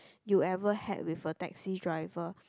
you ever had with a taxi driver